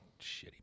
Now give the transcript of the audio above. Shitty